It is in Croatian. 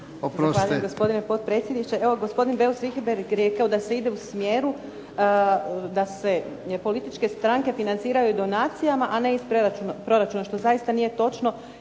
Zahvaljujem gospodine potpredsjedniče. Evo gospodin Beus je rekao da se ide u smjeru da se političke stranke financiraju donacijama, a ne iz proračuna. Što zaista nije točno.